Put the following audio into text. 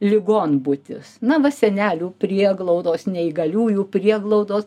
ligonbuitis na va senelių prieglaudos neįgaliųjų prieglaudos